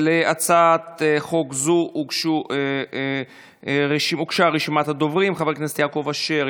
להצעת חוק זו הוגשה רשימת הדוברים: חבר הכנסת יעקב אשר,